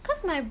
because my